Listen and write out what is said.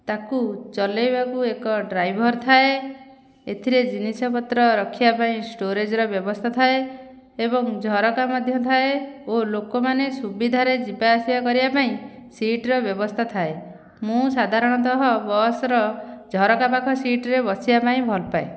ତାକୁ ଚଲେଇବାକୁ ଏକ ଡ୍ରାଇଭର୍ ଥାଏ ଏଥିରେ ଜିନିଷ ପତ୍ର ରଖିବା ପାଇଁ ଷ୍ଟୋରେଜର ବ୍ୟବସ୍ଥା ଥାଏ ଏବଂ ଝରକା ମଧ୍ୟ ଥାଏ ଓ ଲୋକମାନେ ସୁବିଧାରେ ଯିବା ଆସିବା କରିବା ପାଇଁ ସିଟ୍ର ବ୍ୟବସ୍ତା ଥାଏ ମୁଁ ସାଧାରଣତଃ ବସ୍ର ଝରକା ପାଖ ସିଟ୍ରେ ବସିବା ପାଇଁ ଭଲ ପାଏ